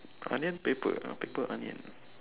onion paper or paper onion